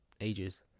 ages